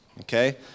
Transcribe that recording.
Okay